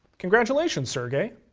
congratulations, sergey.